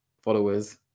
followers